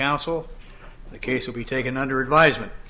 counsel the case will be taken under advisement